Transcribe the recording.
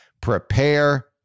Prepare